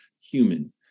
human